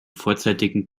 vorzeitigen